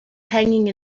hanging